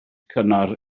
cynnar